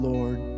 Lord